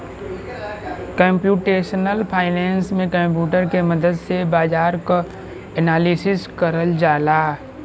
computational finance में computer के मदद से बाजार क एनालिसिस करल जाला